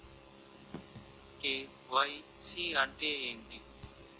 KYC అంటే ఏంటి?